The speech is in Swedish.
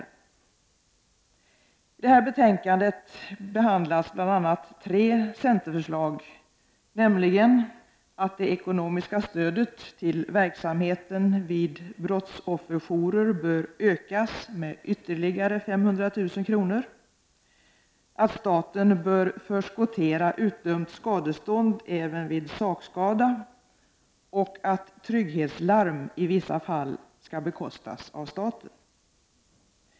I detta betänkande behandlas bl.a. tre centerförslag — vi anser nämligen att det ekonomiska stödet till verksamheten vid brottsofferjourer bör öka med ytterligare 500000 kr., att staten bör förskottera utdömt skadestånd även vid sakskada och att trygghetslarm i vissa fall skall bekostas av staten.